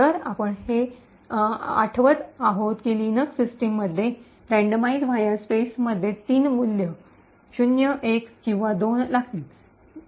तर आपण हे आठवत आहोत की लिनक्स सिस्टम मध्ये यादृच्छिक वा स्पेस randomize va space मध्ये 3 मूल्य 0 1 किंवा 2 लागतील